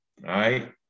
right